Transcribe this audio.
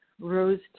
rose